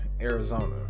Arizona